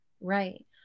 right